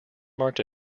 marked